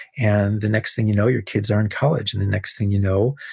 and the next thing you know, your kids are in college. and the next thing you know,